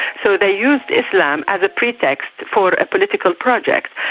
so they used islam as a pretext for a political project,